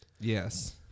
Yes